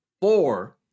Four